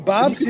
Bob